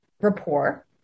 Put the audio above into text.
rapport